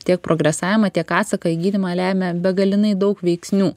tiek progresavimą tiek atsaką į gydymą lemia begalinai daug veiksnių